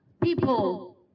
people